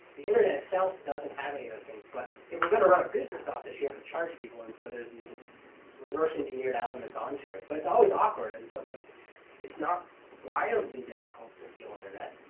the internet itself doesn't have any of those things. but if we're going to run a business office, you have to charge people. and so there's these reverse engineered elements onto it. but it's always awkward. and so but it's not wildly difficult to steal internet.